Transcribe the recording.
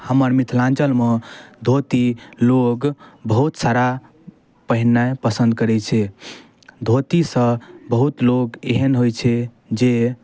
हमर मिथिलाञ्चलमे धोती लोक बहुत सारा पहिरनाइ पसन्द करै छै धोतीसँ बहुत लोक एहन होइ छै जे